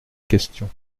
question